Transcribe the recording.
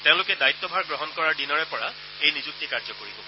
তেওঁলোকে দায়িত্বভাৰ গ্ৰহণ কৰাৰ দিনৰে পৰা এই নিযুক্তি কাৰ্যকৰী হ'ব